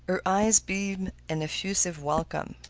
her eyes beamed an effusive welcome.